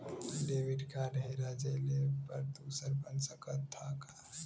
Debit card हेरा जइले पर दूसर बन सकत ह का?